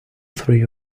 three